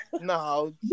No